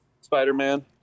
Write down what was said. Spider-Man